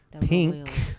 Pink